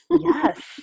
Yes